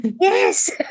Yes